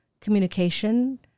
communication